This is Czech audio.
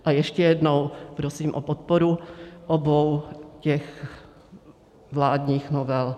A ještě jednou prosím o podporu obou vládních novel.